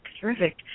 terrific